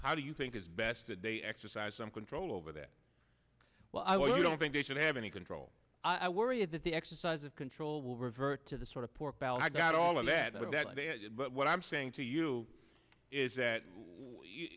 how do you think it's best that they exercise some control over that well i don't think they should have any control i worry is that the exercise of control will revert to the sort of pork barrel i got all of that but what i'm saying to you is that